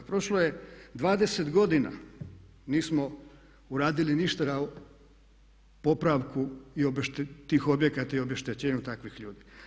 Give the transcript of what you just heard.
Prošlo je 20 godina nismo uradili ništa na popravku tih objekata i obeštećenju takvih ljudi.